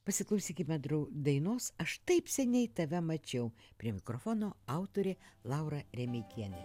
pasiklausykime drau dainos aš taip seniai tave mačiau prie mikrofono autorė laura remeikienė